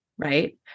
Right